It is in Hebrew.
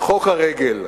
חוק הרגל.